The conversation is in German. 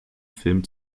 filmen